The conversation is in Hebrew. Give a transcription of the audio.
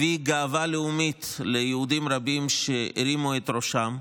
הביא גאווה לאומית ליהודים רבים שהרימו את ראשם.